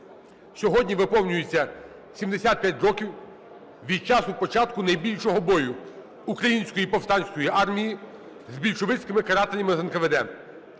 Сьогодні виповнюється 75 років від часу початку найбільшого бою Української повстанської армії з більшовицькими карателями з НКВД.